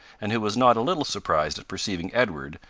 and who was not a little surprised at perceiving edward,